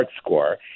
score